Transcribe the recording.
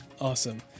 awesome